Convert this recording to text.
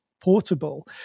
portable